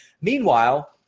meanwhile